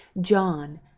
John